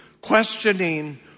questioning